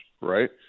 right